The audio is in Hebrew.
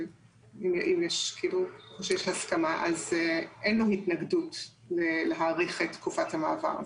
איפה שיש הסכמה אז אין לנו התנגדות להאריך את תקופת המעבר הזאת.